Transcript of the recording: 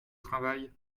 travail